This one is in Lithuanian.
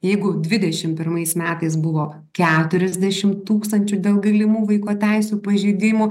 jeigu dvidešim pirmais metais buvo keturiasdešim tūkstančių dėl galimų vaiko teisių pažeidimų